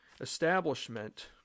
establishment